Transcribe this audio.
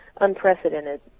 unprecedented